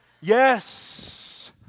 Yes